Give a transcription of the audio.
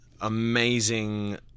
amazing